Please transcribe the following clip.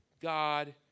God